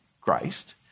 Christ